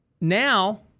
now